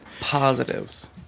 Positives